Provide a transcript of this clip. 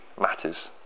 matters